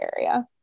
area